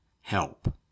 Help